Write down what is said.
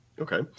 Okay